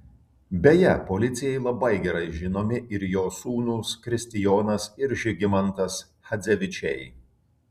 beje policijai labai gerai žinomi ir jo sūnūs kristijonas ir žygimantas chadzevičiai